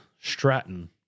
Stratton